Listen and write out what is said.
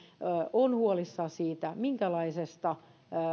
on huolissaan siitä minkälaisesta